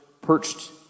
perched